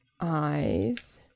eyes